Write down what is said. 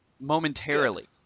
momentarily